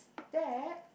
that